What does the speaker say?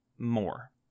More